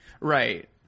Right